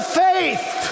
faith